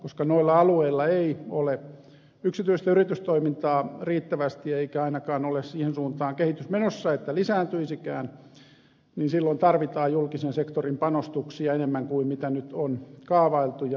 koska noilla alueilla ei ole yksityistä yritystoimintaa riittävästi eikä ainakaan ole siihen suuntaan kehitys menossa että lisääntyisi kään niin silloin tarvitaan julkisen sektorin panostuksia enemmän kuin nyt on kaavailtu ja esitetään